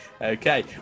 Okay